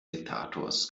diktators